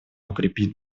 укрепить